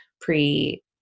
pre